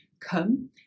come